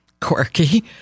quirky